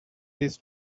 this